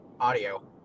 audio